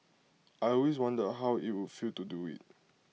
I always wondered how IT would feel to do IT